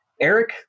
Eric